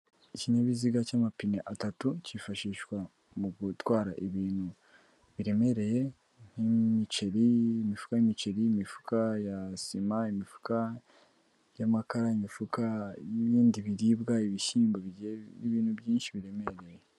Ikinyabiziga cy'amapine atatu cyifashishwa mu gutwara ibintu biremereye nk'imiceri, imifuka y'imiceri, imifuka ya sima, imifuka y'amakara, imifuka y'ibindi biribwa, ibishyimbo n'ibintu byinshi biremereye.